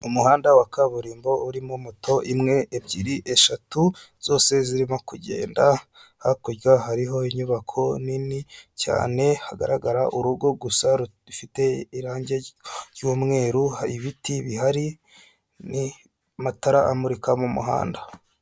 Umuhanda wa kaburimbo urimo moto imwe, ebyiri, eshatu zose zirimo kugenda hakurya hariyo inyubako nini cyane hagaragara urugo gusa rufite irangi ry'umweru, hari ibiti bihari n'amatara amurika mu muhanda.